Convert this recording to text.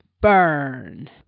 burn